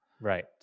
right